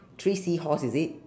three seahorse is it